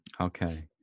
Okay